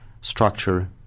structure